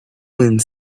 wind